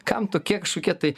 kam tokie kažkokie tai